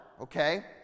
okay